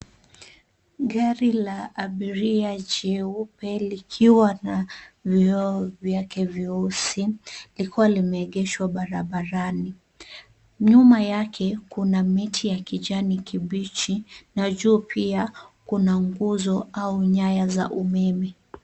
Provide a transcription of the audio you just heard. Gari la abiria jeupe likiwa na vioo vyake vyeusi, likiwa limeegeshwa barabarani. Nyuma yake kuna miti ya kijani kibichi, na juu pia kuna nguzo au nyaya za umeme.